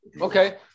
Okay